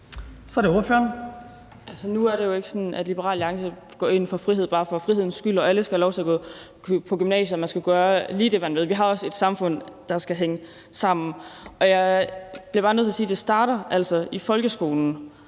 Nu er det jo ikke sådan, at Liberal Alliance går ind for frihed bare for frihedens skyld og for, at alle skal have lov at gå i gymnasiet, og at man skal kunne gøre lige det, man vil. Vi har også et samfund, der skal hænge sammen. Jeg bliver bare nødt til at sige, at det altså starter i folkeskolen